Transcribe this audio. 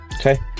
Okay